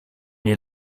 nie